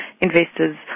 investors